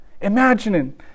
Imagining